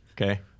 Okay